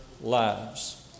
lives